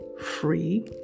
free